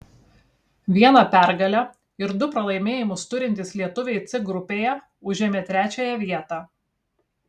vieną pergalę ir du pralaimėjimus turintys lietuviai c grupėje užėmė trečiąją vietą